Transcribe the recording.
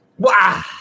Wow